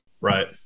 Right